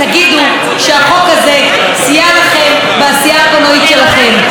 תגידו שהחוק הזה סייע לכם בעשייה הקולנועית שלכם.